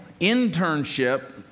internship